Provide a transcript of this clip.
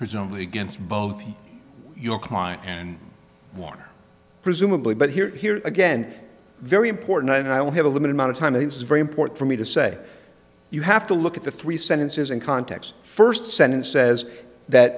presumably against both your client and warner presumably but here here again very important and i will have a limited amount of time it's very important for me to say you have to look at the three sentences in context first sentence says that